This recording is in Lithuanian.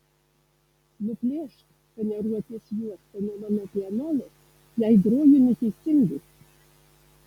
nuplėšk faneruotės juostą nuo mano pianolos jei groju neteisingai